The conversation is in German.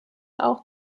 auch